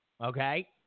okay